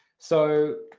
so